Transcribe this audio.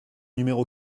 numéro